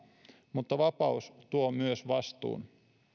mutta vapaus tuo myös vastuun